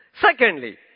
Secondly